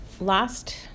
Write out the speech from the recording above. last